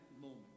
moment